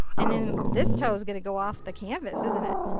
and then this toe's going to go off the canvas isn't it.